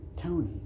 Tony